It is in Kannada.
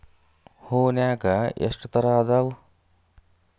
ಹೂನ್ಯಾಗ ಎಷ್ಟ ತರಾ ಅದಾವ್?